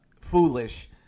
foolish